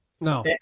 No